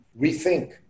rethink